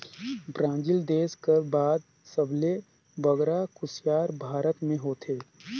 Brazil देस कर बाद सबले बगरा कुसियार भारत में होथे